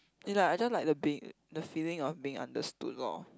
it's like I just like the being the feeling of being understood lor